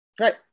Right